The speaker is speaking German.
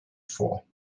vor